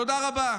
תודה רבה.